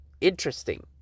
interesting